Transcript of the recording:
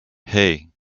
hey